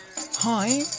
Hi